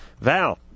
Val